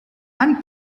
and